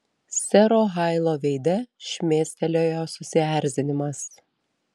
sero hailo veide šmėstelėjo susierzinimas